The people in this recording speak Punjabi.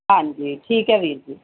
ਹਾਂਜੀ ਠੀਕ ਹੈ ਵੀਰ ਜੀ